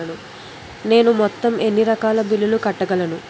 నేను మొత్తం ఎన్ని రకాల బిల్లులు కట్టగలను?